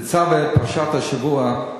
תצווה, פרשת השבוע,